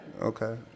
Okay